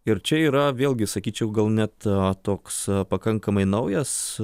ir čia yra vėlgi sakyčiau gal net toks pakankamai naujas